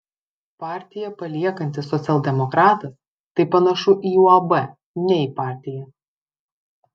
partiją paliekantis socialdemokratas tai panašu į uab ne į partiją